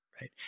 right